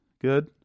good